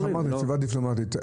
תשובה דיפלומטית.